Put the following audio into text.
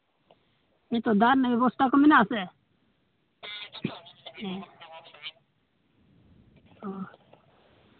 ᱱᱤᱛᱚᱜ ᱫᱟᱜ ᱨᱮᱱᱟᱜ ᱵᱮᱵᱚᱥᱛᱟ ᱠᱚ ᱢᱮᱱᱟᱜᱼᱟ ᱥᱮ ᱚᱸᱻ